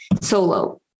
solo